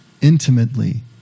intimately